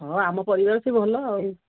ହଁ ଆମ ପରିବାର ଅଛି ଭଲ ଆଉ